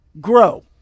grow